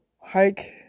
hike